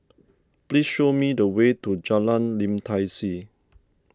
please show me the way to Jalan Lim Tai See